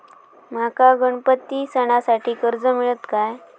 माका गणपती सणासाठी कर्ज मिळत काय?